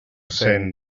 cent